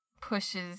pushes